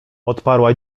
odparła